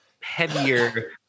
heavier